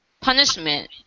punishment